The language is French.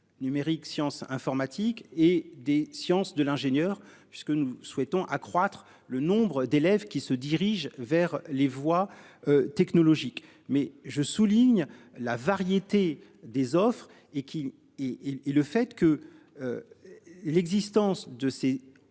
Numérique sciences informatiques et des sciences de l'ingénieur puisque nous souhaitons accroître le nombre d'élèves qui se dirige vers les voies technologiques mais je souligne la variété des offres et qui est et et le fait que. L'existence de ces cette